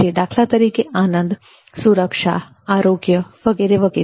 દાખલા તરીકે આનંદ સુરક્ષા આરોગ્ય વગેરે વગેરે